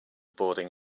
boarding